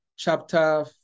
Chapter